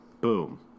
boom